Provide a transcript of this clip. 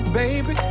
baby